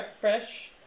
fresh